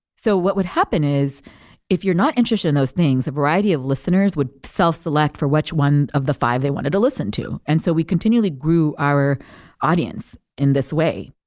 so what would happen is if you're not interested in those things, a variety of listeners would self select for which one of the five they wanted to listen to. and so we continually grew our audience in this way.